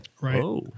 Right